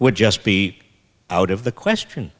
would just be out of the question